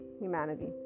humanity